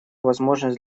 возможность